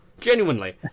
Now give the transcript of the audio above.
genuinely